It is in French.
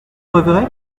reverrai